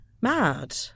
mad